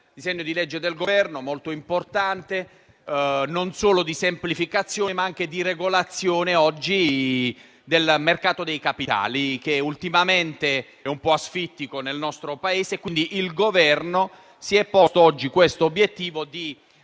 un disegno di legge del Governo molto importante in termini non solo di semplificazione, ma anche di regolazione del mercato dei capitali, che ultimamente è un po' asfittico nel nostro Paese. Quindi, il Governo si è posto oggi l'obiettivo di